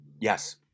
Yes